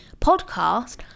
podcast